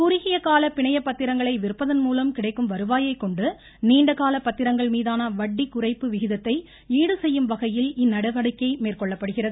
குறுகிய கால பிணையப்பத்திரங்களை விற்பதன் மூலம் கிடைக்கும் வருவாயை கொண்டு நீண்ட கால பத்திரங்கள் மீதான வட்டி குறைப்பு விகிதத்தை ஈடுசெய்யும் வகையில் இந்நடவடிக்கை மேற்கொள்ளப்படுகிறது